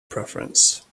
preference